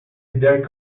there